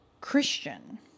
Christian